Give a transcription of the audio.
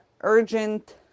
urgent